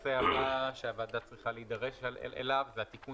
הנושא הבא שהוועדה צריכה להידרש אליו הוא התיקון